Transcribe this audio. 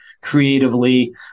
creatively